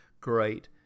great